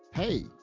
Hey